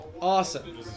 Awesome